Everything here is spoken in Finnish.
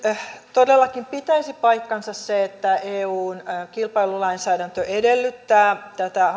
todellakin pitäisi paikkansa se että eun kilpailulainsäädäntö edellyttää tätä